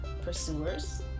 pursuers